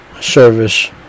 service